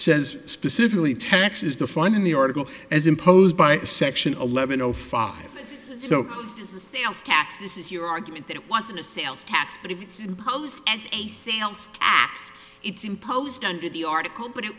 says specifically taxes to fund in the article as imposed by section eleven zero five so as the sales tax this is your argument that it wasn't a sales tax but if it's imposed as a sales tax it's imposed under the article but